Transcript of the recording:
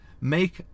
Make